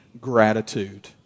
gratitude